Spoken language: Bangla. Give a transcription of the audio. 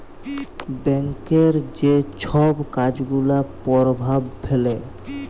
ব্যাংকের যে ছব কাজ গুলা পরভাব ফেলে